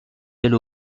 elle